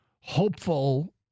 hopeful